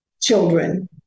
children